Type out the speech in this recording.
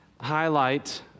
highlight